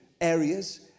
areas